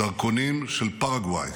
דרכונים של פרגוואי